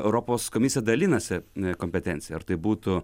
europos komisija dalinasi kompetencija ar tai būtų